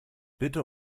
bitte